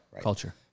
Culture